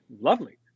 Lovely